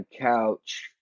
couch